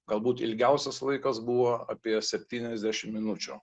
galbūt ilgiausias laikas buvo apie septynasdešim minučių